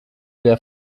der